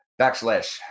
backslash